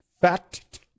Fat